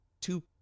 two